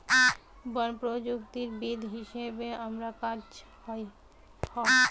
বন প্রযুক্তিবিদ হিসাবে আমার কাজ হ